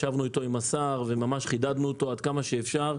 ישבנו עם השר וממש חידדנו אותו עד כמה שאפשר,